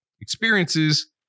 experiences